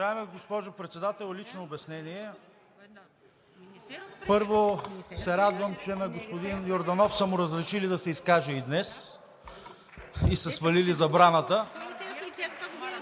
Уважаема госпожо Председател, лично обяснение. Първо, радвам се, че на господин Йорданов са му разрешили да се изкаже днес и са му свалили забраната.